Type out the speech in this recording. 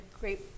great